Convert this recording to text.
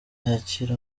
yakire